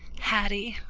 haddie,